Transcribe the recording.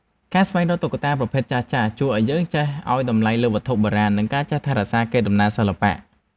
ការស្វែងរកតុក្កតាប្រភេទចាស់ៗជួយឱ្យយើងចេះឱ្យតម្លៃលើវត្ថុបុរាណ និងការថែរក្សាកេរដំណែលសិល្បៈ។